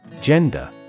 Gender